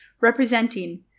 representing